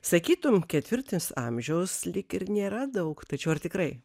sakytum ketvirtis amžiaus lyg ir nėra daug tačiau ar tikrai